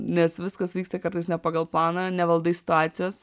nes viskas vyksta kartais ne pagal planą nevaldai situacijos